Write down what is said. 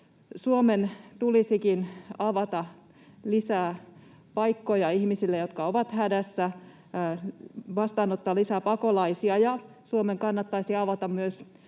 Suomen tulisikin avata lisää paikkoja ihmisille, jotka ovat hädässä, vastaanottaa lisää pakolaisia. Suomen kannattaisi avata myös